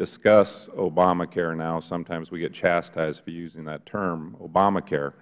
discuss obamacare now sometimes we get chastised for using that term obamacare